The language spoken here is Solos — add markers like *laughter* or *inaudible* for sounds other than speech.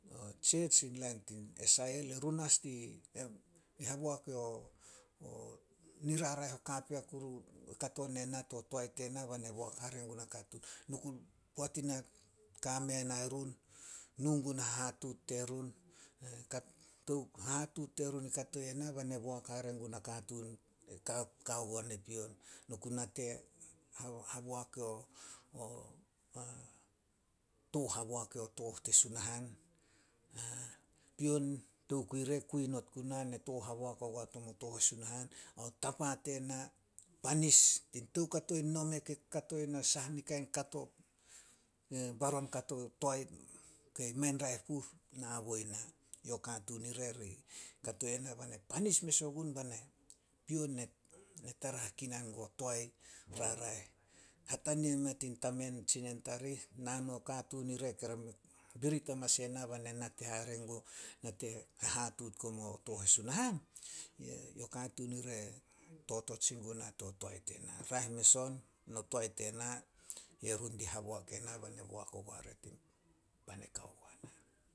Church, in lain tin SIL, erun as di haboak o *hesitation* niraraeh o kapea kuru, kato ne na, to toae tena be na boak hare gun nakatuun, *unintelligible* poat ena ku ka merun, nu gun na hehatuut terun. *hesitation* Tou Hehatuut terun kato ne na, be na boak hare gun nakatuun, ka kao gua nai pion. Na ku nate *unintelligible* Haboak o *hesitation* tooh haboak o tooh te Sunahan. *hesitation* Pion tokui re kui not guna. Ne tooh haboak ogua tomo tooh e Sunahan, ao tapa tena panis tein toukato in nome kei kakato ina saha kain kato, baron kato, toae kei mei raeh puh, naboi na. Yo katuun ire ri kato ena be na panis mes ogun be na, pion na tara hakinan guo toae o raraeh, hatania mea tin tamen, tsinen tarih na no katuun ire *unintelligible* birit amanas yena be na nate hare guo nate hehatuut guo mo tooh e Sunahan. *unintelligible* Yo katuun ire totot sin guna to toae tena. Raeh mes on, o toae tena, yerun ri haboak ena bai na boak ogua re tin pan e kao guana.